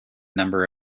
number